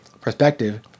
perspective